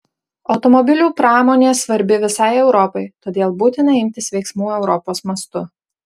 automobilių pramonė svarbi visai europai todėl būtina imtis veiksmų europos mastu